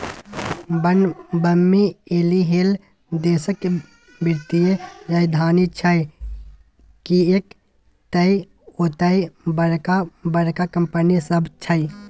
बंबई एहिलेल देशक वित्तीय राजधानी छै किएक तए ओतय बड़का बड़का कंपनी सब छै